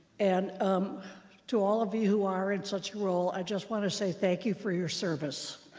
and um to all of you who are in such a role, i just want to say thank you for your service,